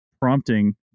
prompting